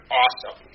awesome